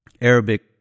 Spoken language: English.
Arabic